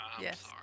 Yes